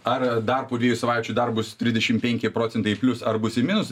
ar dar po dviejų savaičių dar bus tridešim penki procentai į plius ar bus į minus